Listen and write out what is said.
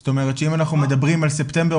זאת אומרת שאם אנחנו מדברים על ספטמבר,